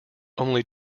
only